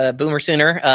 ah boomer sooner.